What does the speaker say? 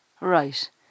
Right